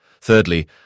Thirdly